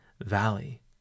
Valley